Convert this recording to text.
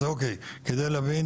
אז כדי להבין